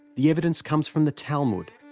the evidence comes from the talmud,